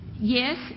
Yes